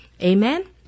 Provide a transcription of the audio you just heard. Amen